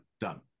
done